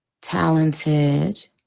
Talented